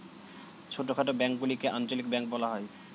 ছোটখাটো ব্যাঙ্কগুলিকে আঞ্চলিক ব্যাঙ্ক বলা হয়